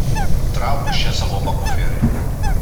trauk iš čia savo makuferį